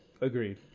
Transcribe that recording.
Agreed